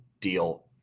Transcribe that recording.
deal